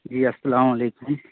جی السلام علیکم